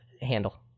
handle